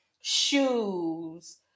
shoes